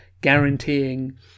guaranteeing